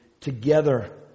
together